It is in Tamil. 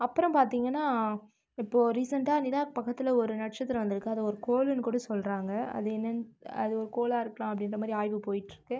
அப்புறம் பார்த்தீங்கனா இப்போ ரீசெண்ட்டாக நிலா பக்கத்தில் ஒரு நட்சத்திரம் வந்துருக்கு அதை ஒரு கோள்ன்னு கூட சொல்கிறாங்க அது என்னன் அது ஒரு கோளாக இருக்கலாம் அப்படின்ற மாதிரி ஆய்வு போய்கிட்ருக்கு